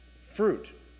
fruit